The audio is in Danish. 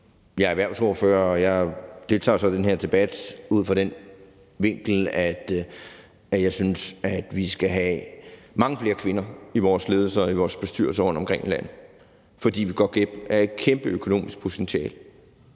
Jeg er erhvervsordfører, og jeg deltager så i den her debat ud fra den vinkel, at jeg synes, at vi skal have mange flere kvinder i vores ledelser og i vores bestyrelser rundtomkring i landet, fordi vi ellers går glip af et kæmpe økonomisk potentiale.